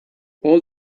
all